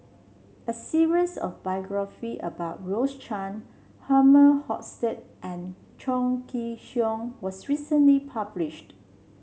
a series of biography about Rose Chan Herman Hochstadt and Chong Kee Hiong was recently published